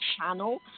channel